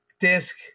disk